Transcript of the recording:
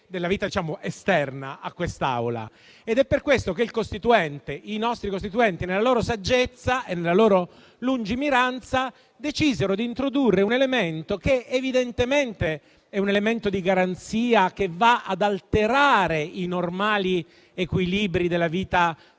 È per questo che i nostri Costituenti, nella loro saggezza e lungimiranza, decisero di introdurre un elemento che evidentemente è di garanzia e va ad alterare i normali equilibri della vita civile